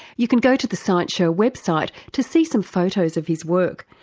you can go to the science show website to see some photos of his work,